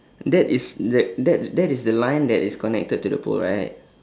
that is the that that is the line that is connected to the pole right